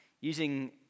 using